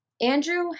Andrew